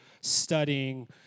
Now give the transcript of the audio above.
studying